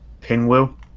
Pinwheel